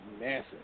massive